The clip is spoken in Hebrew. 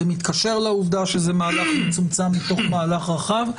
זה מתקשר לעובדה שזה מהלך מצומצם מתוך מהלך רחב.